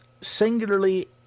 singularly